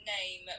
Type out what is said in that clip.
name